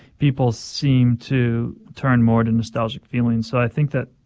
people seem to turn more to nostalgic feelings. so i think that,